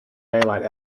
daylight